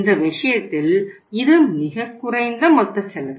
இந்த விஷயத்தில் இது மிகக் குறைந்த மொத்த செலவு